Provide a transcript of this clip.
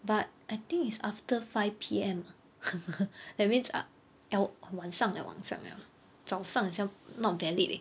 but I think it's after five P_M that means ah al~ 晚上 liao 晚上 liao 早上很像 not valid leh